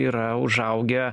yra užaugę